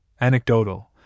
anecdotal